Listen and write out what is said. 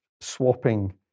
swapping